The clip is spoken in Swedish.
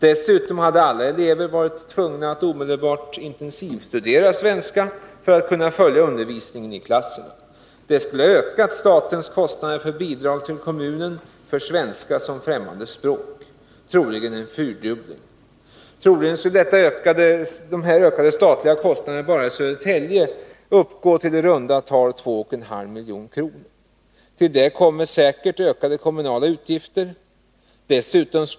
Dessutom skulle alla elever ha varit tvungna att omedelbart intensivstudera svenska för att kunna följa undervisningen i klasserna. Detta skulle ha ökat statens kostnader för bidrag till kommunen för svenska som främmande språk. Troligen skulle det ha blivit en fyrdubbling. Antagligen skulle detta ha medfört en ökning av de statliga kostnaderna bara i Södertälje med i runt tal 2,5 milj.kr. Dessutom skulle det säkert ha blivit en ökning av de kommunala utgifterna.